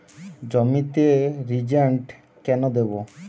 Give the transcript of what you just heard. জমিতে রিজেন্ট কেন দেবো?